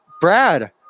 Brad